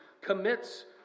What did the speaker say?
commits